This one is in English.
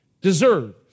deserve